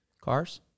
cars